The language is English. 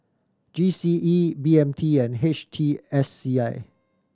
G C E B M T and H T S C I